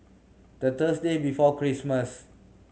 the Thursday before Christmas